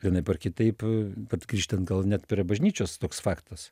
vienaip ar kitaip vat grįžtant gal net prie bažnyčios toks faktas